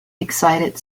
excited